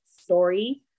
story